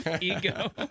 ego